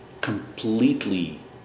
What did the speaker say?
completely